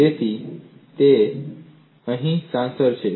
તેથી તે અહીં સારાંશ છે